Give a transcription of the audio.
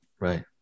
right